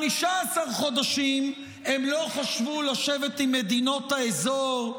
15 חודשים הם לא חשבו לשבת עם מדינת האזור,